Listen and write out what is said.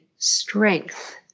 strength